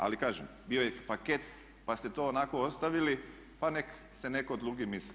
Ali kažem, bio je paket pa ste to onako ostavili, pa nek' se netko drugi misli.